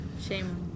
Shame